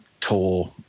tour